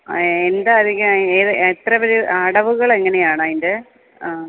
ആ എന്തായിരിക്കും ഏത് എത്ര വരെ അടവുകള് എങ്ങനെയാണയിന്റെ ആ